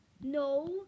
No